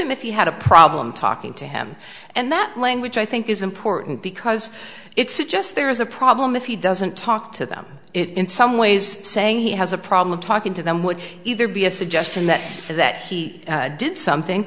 him if he had a problem talking to him and that language i think is important because it suggests there is a problem if he doesn't talk to them it in some ways saying he has a problem talking to them would either be a suggestion that that he did something